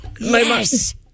Yes